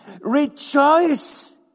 Rejoice